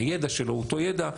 הידע שלו הוא אותו ידע,